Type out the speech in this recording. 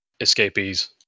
escapees